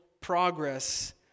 progress